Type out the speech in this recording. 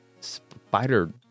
spider